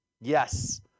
Yes